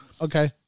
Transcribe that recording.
Okay